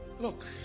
look